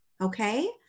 Okay